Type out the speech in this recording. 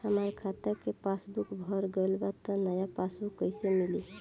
हमार खाता के पासबूक भर गएल बा त नया पासबूक कइसे मिली?